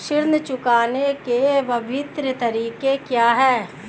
ऋण चुकाने के विभिन्न तरीके क्या हैं?